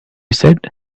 said